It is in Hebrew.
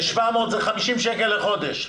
זה 750 שקלים לחודש.